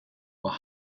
were